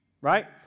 right